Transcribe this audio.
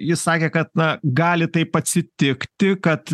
jis sakė kad na gali taip atsitikti kad